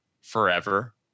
forever